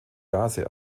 gase